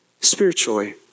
spiritually